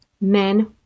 Men